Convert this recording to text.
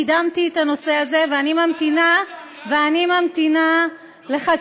לכן קידמתי את הנושא הזה, ואני ממתינה לחקיקה.